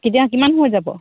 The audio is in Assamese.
কেতিয়া কিমান সময়ত যাব